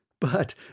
But